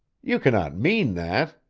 you cannot mean that?